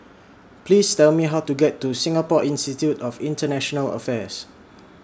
Please Tell Me How to get to Singapore Institute of International Affairs